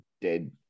dead